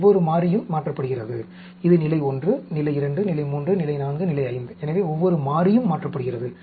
ஒவ்வொரு மாறியும் மாற்றப்படுகிறது இது நிலை 1 நிலை 2 நிலை 3 நிலை 4 நிலை 5 எனவே ஒவ்வொரு மாறியும் மாற்றப்படுகிறது